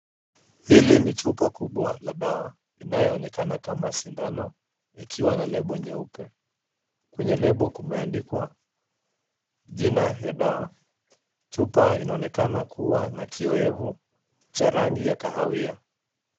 Hili ni chupa kubwa la dawa, inayoonekana kama sindano ikiwa na lebo nyeupe. Kwenye lebo kumeandikwa jina ya dawa. Chupa inaonekana kuwa na kioevu cha rangi ya kahawia.